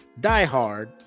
diehard